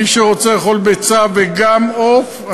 מי שרוצה לאכול ביצה וגם עוף,